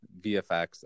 vfx